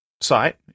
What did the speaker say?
site